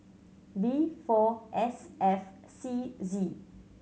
B four S F C Z